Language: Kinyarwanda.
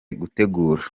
gutegura